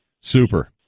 Super